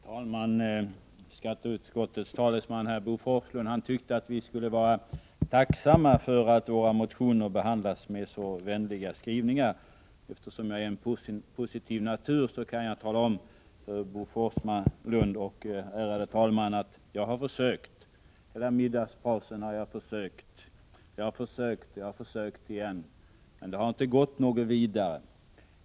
Herr talman! Skatteutskottets talesman Bo Forslund tyckte att vi skulle 'vara tacksamma för att våra motioner behandlas med så vänliga skrivningar. Eftersom jag är av en positiv natur har jag, Bo Forslund och ärade talman, försökt. Hela middagspausen har jag försökt, och jag har försökt igen. Men det har inte gått något vidare.